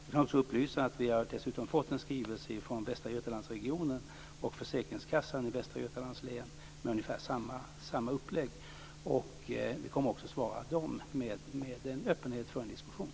Jag kan också upplysa om att vi har fått en skrivelse från Västra Götalands-regionen och Försäkringskassan i Västra Götalands län med ungefär samma upplägg. Vi kommer att svara med en öppenhet för diskussion.